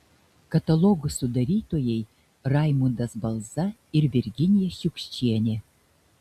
katalogo sudarytojai raimundas balza ir virginija šiukščienė